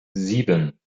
sieben